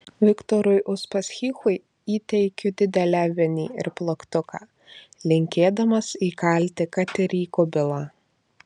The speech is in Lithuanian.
viktorui uspaskichui įteikiu didelę vinį ir plaktuką linkėdamas įkalti kad ir į kubilą